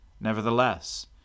Nevertheless